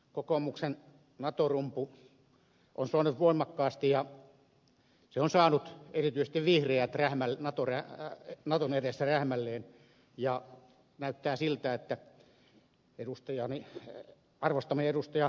kokoomuksen nato rumpu on soinut voimakkaasti ja se on saanut erityisesti vihreät naton edessä rähmälleen ja näyttää siltä että arvostamani ed